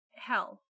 Hell